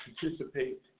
participate